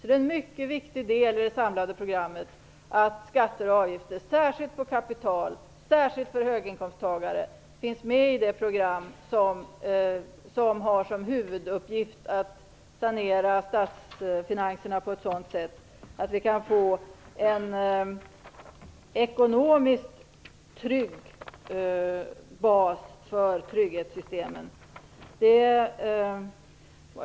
Det är en mycket viktig del i det samlade programmet att skatter och avgifter, särskilt på kapital och särskilt för höginkomsttagare, finns med i det program som har som huvuduppgift att sanera statsfinanserna på ett sådant sätt att vi kan få en ekonomiskt trygg bas för trygghetssystemen.